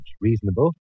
reasonable